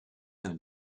and